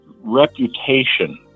reputation